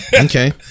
okay